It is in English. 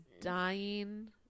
dying